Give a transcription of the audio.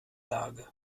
lage